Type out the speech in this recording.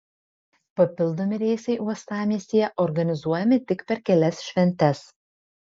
papildomi reisai uostamiestyje organizuojami tik per kelias šventes